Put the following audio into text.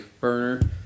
burner